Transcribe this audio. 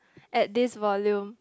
at this volume